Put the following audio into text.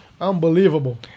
Unbelievable